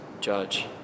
judge